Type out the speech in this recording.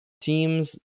teams